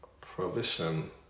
provision